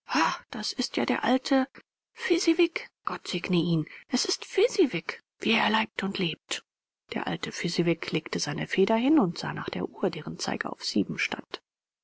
das ist ja der alte fezziwig gott segne ihn es ist fezziwig wie er leibt und lebt der alte fezziwig legte seine feder hin und sah nach der uhr deren zeiger auf sieben stand